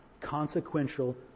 Consequential